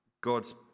God's